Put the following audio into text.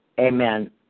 amen